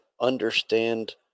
understand